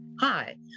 Hi